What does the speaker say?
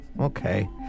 okay